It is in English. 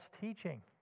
teaching